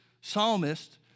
psalmist